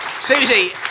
Susie